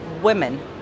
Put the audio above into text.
women